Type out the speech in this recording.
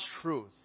truth